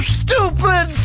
stupid